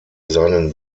seinen